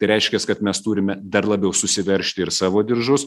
tai reiškias kad mes turime dar labiau susiveržti ir savo diržus